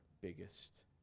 biggest